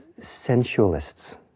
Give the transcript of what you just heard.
sensualists